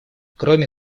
кроме